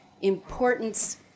importance